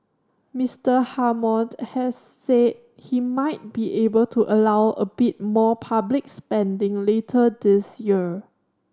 Mister Hammond has said he might be able to allow a bit more public spending later this year